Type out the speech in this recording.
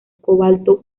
cobalto